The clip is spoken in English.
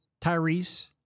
Tyrese